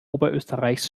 oberösterreichs